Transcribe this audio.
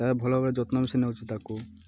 ତା'ର ଭଲ ଭାବରେ ଯତ୍ନ ବି ସେ ନଉଛି ତାକୁ